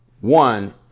One